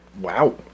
Wow